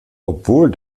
obwohl